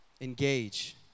engage